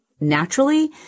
naturally